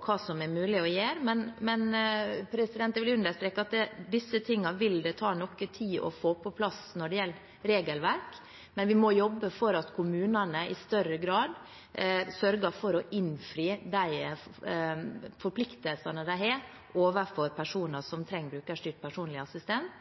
hva som er mulig å gjøre. Jeg vil understreke at når det gjelder regelverk, vil dette ta noe tid å få på plass, men vi må jobbe for at kommunene i større grad sørger for å innfri de forpliktelsene de har overfor personer som trenger brukerstyrt personlig assistent.